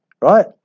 right